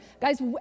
Guys